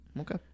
Okay